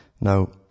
Now